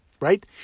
right